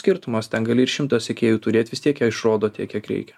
skirtumas ten gali ir šimtą sekėjų turėt vis tiek išrodo tiek kiek reikia